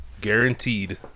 Guaranteed